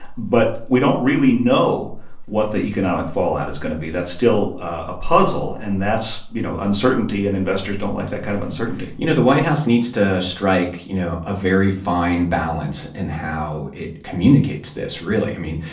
but we don't really know what the economic fallout is going to be. that's still a puzzle. and that's, you know, uncertainty, and investors don't like that kind of uncertainty you know, the white house needs to strike, you know, a very fine balance in how it communicates this, really. i mean,